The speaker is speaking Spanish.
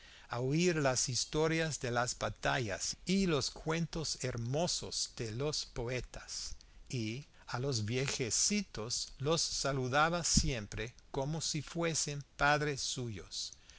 a oír las historias de las batallas y los cuentos hermosos de los poetas y a los viejecitos los saludaba siempre como si fuesen padres suyos